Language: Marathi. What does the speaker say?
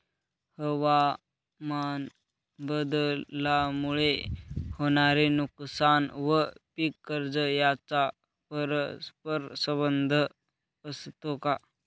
हवामानबदलामुळे होणारे नुकसान व पीक कर्ज यांचा परस्पर संबंध असतो का?